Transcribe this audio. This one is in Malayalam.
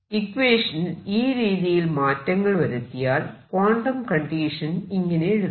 ഇക്വേഷനിൽ ഈ രീതിയിൽ മാറ്റങ്ങൾ വരുത്തിയാൽ ക്വാണ്ടം കണ്ടീഷൻ ഇങ്ങനെ എഴുതാം